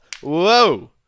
Whoa